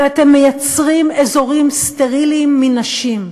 ואתם מייצרים אזורים סטריליים מנשים.